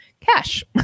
cash